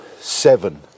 seven